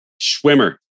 swimmer